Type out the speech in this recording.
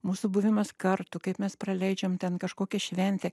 mūsų buvimas kartu kaip mes praleidžiam ten kažkokią šventę